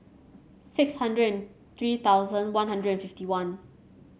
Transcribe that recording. six hundred and three thousand One Hundred and fifty one